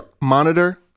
Monitor